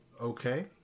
okay